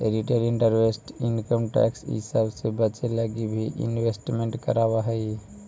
retail investor income tax इ सब से बचे लगी भी इन्वेस्टमेंट करवावऽ हई